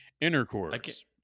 Intercourse